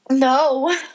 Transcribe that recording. No